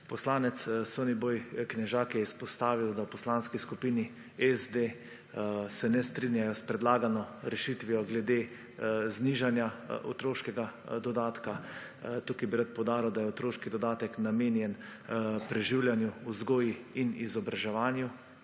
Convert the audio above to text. Poslanec Soniboj Knežak je izpostavil, da se v Poslanski skupini SD ne strinjajo s predlagano rešitvijo glede znižanja otroškega dodatka. Tu bi rad poudaril, da je otroški dodatek namenjen preživljanju, vzgoji in izobraževanju,